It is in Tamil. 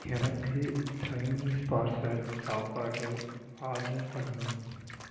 எனக்கு சைனீஸ் பார்சல் சாப்பாடை ஆர்டர் பண்ணனும்